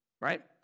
Right